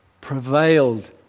Prevailed